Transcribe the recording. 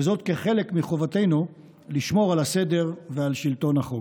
וזאת כחלק מחובתנו לשמור על הסדר ועל שלטון החוק.